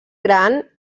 gran